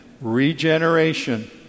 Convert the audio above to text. regeneration